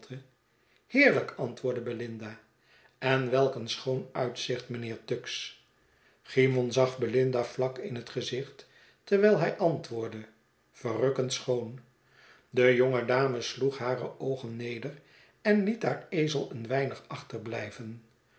heerlijk antwoordde belinda en welk een schoon uitzicht mijnheer tuggs cymon zag belinda vlak in het gezicht terwijl hij antwoordde verrukkend schoon de jonge dame sloeg hare oogen neder en liet haar ezel een weinig achterblijven